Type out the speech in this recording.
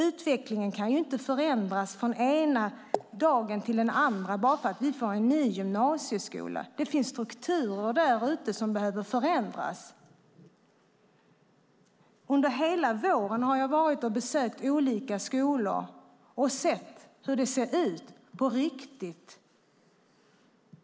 Utvecklingen kan inte förändras från den ena dagen till den andra bara för att vi får en ny gymnasieskola. Det finns strukturer därute som behöver förändras. Under hela våren har jag besökt olika skolor och sett hur det ser ut på riktigt.